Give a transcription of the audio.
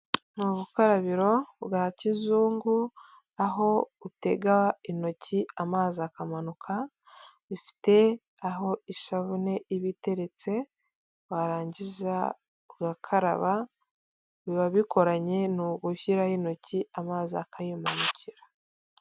N'ubukarabiro bwa kizungu, aho utega intoki amazi akamanuka, bifite aho isabune iba iteretse warangiza ugakaraba. Biba bikoranye n'ugushyiraho intoki amazi akimanukira.